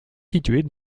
situées